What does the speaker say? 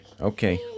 Okay